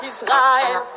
Israel